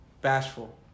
bashful